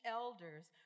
elders